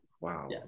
wow